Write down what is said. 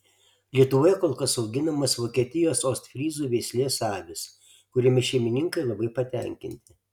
lietuvoje kol kas auginamos vokietijos ostfryzų veislės avys kuriomis šeimininkai labai patenkinti